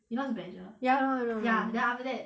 you know what is badger ya I know I know ya then after that